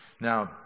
Now